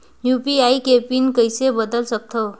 UPI के PIN कइसे बदल सकथव?